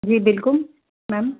जी बिलकुल मैम